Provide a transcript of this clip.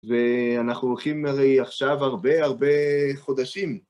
ואנחנו הולכים הרי עכשיו הרבה הרבה חודשים.